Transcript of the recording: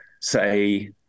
say